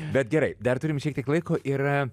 bet gerai dar turim šiek tiek laiko ir